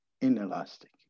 inelastic